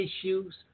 issues